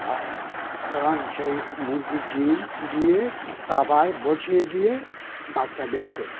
হয় এবং সেই মুরগি ডিম দিয়ে তাওয়ায় বসিয়ে দিয়ে বাচ্চা বের করি